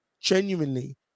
Genuinely